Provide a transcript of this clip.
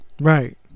right